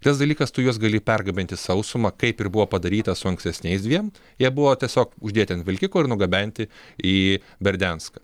tas dalykas tu juos gali pergabenti sausuma kaip ir buvo padaryta su ankstesniais dviem jie buvo tiesiog uždėti ant vilkiko ir nugabenti į berdianską